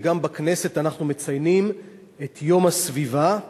וגם בכנסת אנחנו מציינים את יום הסביבה,